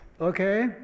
Okay